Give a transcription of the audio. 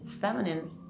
feminine